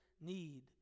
need